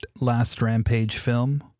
LastRampageFilm